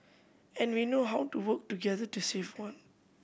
and we know how to work together to save one